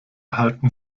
halten